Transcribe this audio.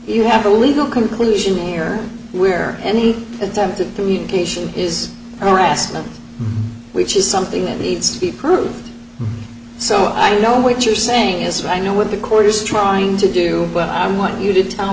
you have a legal conclusion here where any attempt to communication is arrest which is something that needs to be proved so i know what you're saying is right now with the court is trying to do what i want you to tell